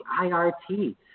IRT